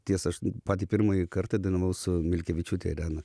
tiesa aš patį pirmąjį kartą dainavau su milkevičiūte irena